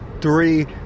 three